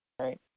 Right